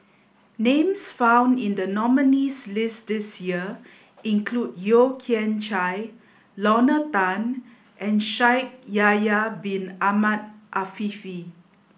names found in the nominees' list this year include Yeo Kian Chye Lorna Tan and Shaikh Yahya bin Ahmed Afifi